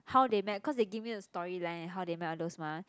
how they met cause they give me the storyline and how they met all those mah